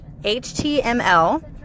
HTML